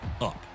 up